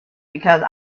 because